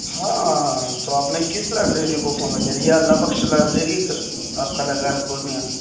ہاں تو آپ نے کس لائبریری کو فون لگایا ہے یہ اللہ بخش لائبریری آپ لگا ہے پورنیا